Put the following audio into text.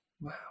Wow